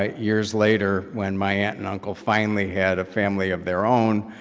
ah years later, when my aunt and uncle finally had a family of their own,